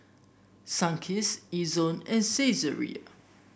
Sunkist Ezion and Saizeriya